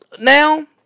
now